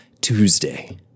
Tuesday